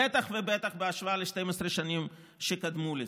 בטח ובטח בהשוואה ל-12 השנים שקדמו לזה.